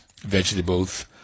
vegetables